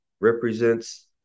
represents